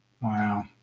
Wow